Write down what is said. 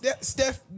Steph